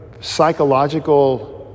psychological